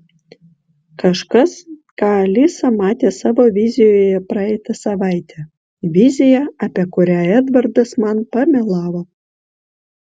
kažkas ką alisa matė savo vizijoje praeitą savaitę viziją apie kurią edvardas man pamelavo